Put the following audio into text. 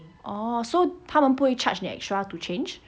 orh so 他们不会 charge 你 extra to change